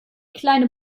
kleine